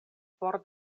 for